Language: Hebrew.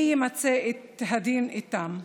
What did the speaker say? מי ימצה את הדין איתם?